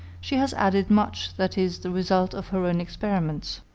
she has added much that is the result of her own experiments.